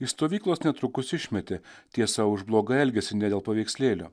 iš stovyklos netrukus išmetė tiesa už blogai elgiasi ne dėl paveikslėlio